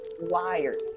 wired